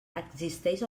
existeix